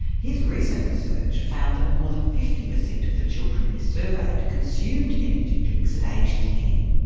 his recent research found that more than fifty percent of the children he surveyed consumed energy drinks at aged ten,